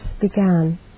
began